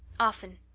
often.